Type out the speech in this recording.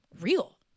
real